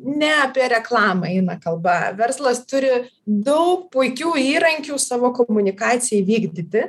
ne apie reklamą eina kalba verslas turi daug puikių įrankių savo komunikacijai vykdyti